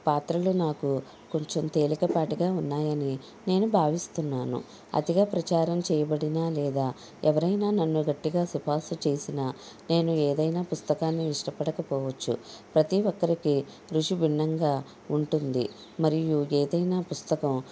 పాత్రలు నాకు కొంచెం తేలికపాటుగా ఉన్నాయని నేను భావిస్తున్నాను అతిగా ప్రచారణ చేయబడినా లేదా ఎవరైనా నన్ను గట్టిగా సిపార్సు చేసిన నేను ఏదైనా పుస్తకాన్ని ఇష్టపడకపోవచ్చు ప్రతి ఒక్కరికి రుచి భిన్నంగా ఉంటుంది మరియు ఏదైనా పుస్తకం